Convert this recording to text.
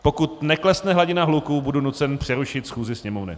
Pokud neklesne hladina hluku, budu nucen přerušit schůzi Sněmovny.